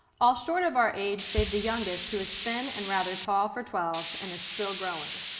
all short of our age, save the youngest who is thin and rather tall for twelve, and is still growing.